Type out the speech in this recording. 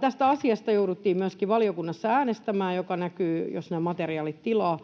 Tästä asiasta jouduttiin valiokunnassa myöskin äänestämään, mikä näkyy, jos nämä materiaalit tilaa.